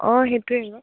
অঁ সেইটোৱে আৰু